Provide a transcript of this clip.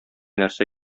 нәрсә